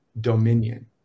dominion